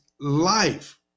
life